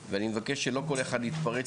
אזורית נווה מדבר, ופתחנו שם גם בית ספר יסודי.